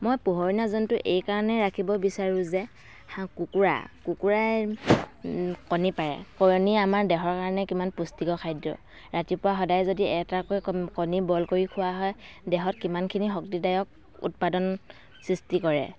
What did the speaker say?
মই পোহনীয়া জন্তু এইকাৰণে ৰাখিব বিচাৰোঁ যে হাঁহ কুকুৰা কুকুৰাই কণী পাৰে কণী আমাৰ দেহৰ কাৰণে কিমান পুষ্টিকৰ খাদ্য ৰাতিপুৱা সদায় যদি এটাকৈ কণী বইল কৰি খোৱা হয় দেহত কিমানখিনি শক্তিদায়ক উৎপাদন সৃষ্টি কৰে